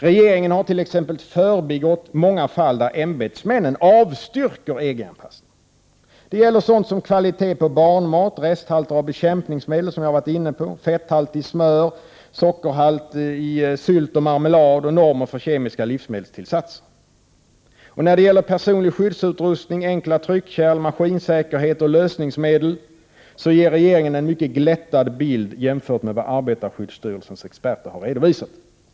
Regeringen har förbigått många fall där ämbetsmännen avstyrker EG anpassning. Det gäller t.ex. kvalitet på barnmat, resthalter av bekämpningsmedel — vilket jag har varit inne på —, fetthalt i smör, sockerhalt i sylt och marmelad samt normer för kemiska livsmedelstillsatser. När det gäller personlig skyddsutrustning, enkla tryckkärl, maskinsäkerhet och lösningsmedel ger regeringen en mycket glättad bild jämfört med vad 33 arbetarskyddsstyrelsens experter har redovisat.